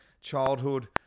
Childhood